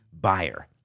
buyer